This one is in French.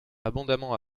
abondamment